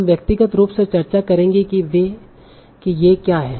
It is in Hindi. हम व्यक्तिगत रूप से चर्चा करेंगे कि ये क्या हैं